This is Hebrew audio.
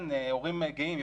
הורים גאים,